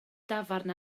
dafarn